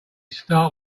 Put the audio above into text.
start